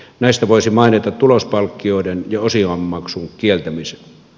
näistä voisi mainita tulospalkkioiden ja osingonmaksun kieltämisen